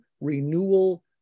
renewal